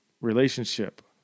relationship